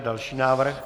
Další návrh.